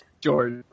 George